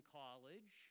college